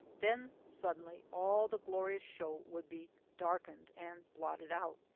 then suddenly all the glorious show would be darkened and blotted out.